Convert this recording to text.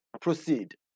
proceed